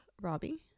Robbie